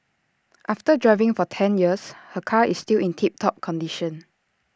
after driving for ten years her car is still in tip top condition